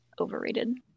overrated